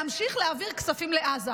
להמשיך להעביר כספים לעזה.